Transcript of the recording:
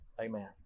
Amen